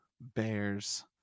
Bears